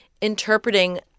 interpreting